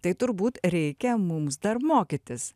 tai turbūt reikia mums dar mokytis